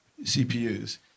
CPUs